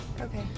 Okay